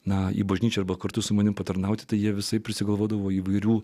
na į bažnyčią arba kartu su manimi patarnauti tai jie visaip prisigalvodavo įvairių